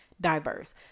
diverse